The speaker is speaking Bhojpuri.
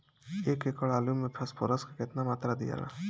एक एकड़ आलू मे फास्फोरस के केतना मात्रा दियाला?